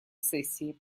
сессии